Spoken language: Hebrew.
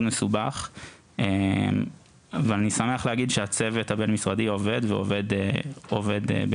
מאוד מסובך ואני שמח להגיד שהצוות הבין-משרדי עובד ועובד באינטנסיביות.